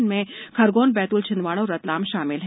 इनमें खरगोन बैतूल छिंदवाड़ा और रतलाम शामिल हैं